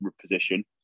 position